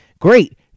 Great